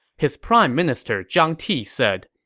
his prime minister zhang ti said,